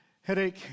headache